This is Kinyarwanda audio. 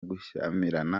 gushyamirana